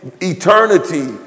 eternity